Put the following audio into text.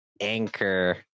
anchor